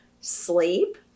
sleep